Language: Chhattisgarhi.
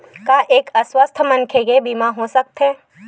का एक अस्वस्थ मनखे के बीमा हो सकथे?